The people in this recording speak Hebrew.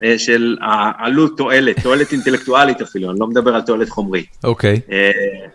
‫של העלות תועלת, תועלת אינטלקטואלית אפילו, ‫אני לא מדבר על תועלת חומרית.